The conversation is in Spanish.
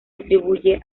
atribuye